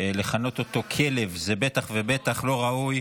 לכנות אותו "כלב" זה בטח ובטח לא ראוי.